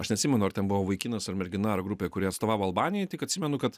aš neatsimenu ar ten buvo vaikinas ar mergina ar grupė kuriai atstovavo albanijai tik atsimenu kad